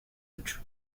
ocho